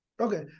Okay